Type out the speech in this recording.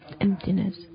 emptiness